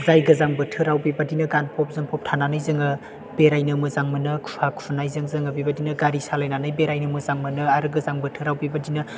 जाय गोजां बोथोराव बेबायदिनो गानफब जोमफब थानानै जोङो बेरायनो मोजां मोनो खुवा खुनायजों जोङो बेबायदिनो गारि सालायनानै बेरायनो मोजां मोनो आरो गोजां बोथोराव बेबायदिनो